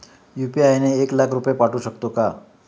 UPI ने एक लाख रुपये पाठवू शकतो का?